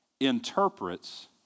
interprets